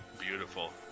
Beautiful